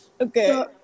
Okay